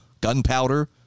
gunpowder